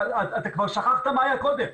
אתה כבר שכחת מה היה קודם,